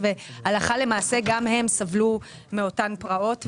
והלכה למעשה גם הם סבלו מאותן פרעות.